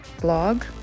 blog